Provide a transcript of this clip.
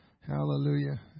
Hallelujah